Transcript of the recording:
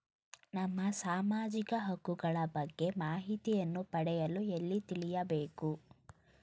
ನಮ್ಮ ಸಾಮಾಜಿಕ ಹಕ್ಕುಗಳ ಬಗ್ಗೆ ಮಾಹಿತಿಯನ್ನು ಪಡೆಯಲು ಎಲ್ಲಿ ತಿಳಿಯಬೇಕು?